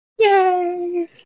Yay